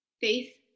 Faith